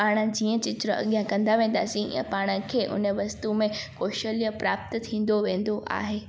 पाणि जीअं चित्र अॻियां कंदा वेंदासीं इअं पाण खे हुन वस्तुअ में कौशल्य प्राप्त थींदो वेंदो आहे